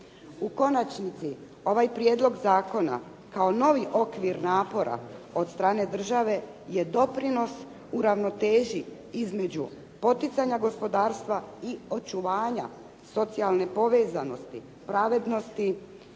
U konačnici, ovaj prijedlog zakona kao novi okvir napora od strane države je doprinos u ravnoteži između poticanja gospodarstva i očuvanja socijalne povezanosti, pravednosti